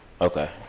Okay